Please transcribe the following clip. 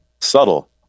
subtle